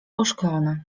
oszklone